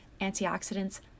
antioxidants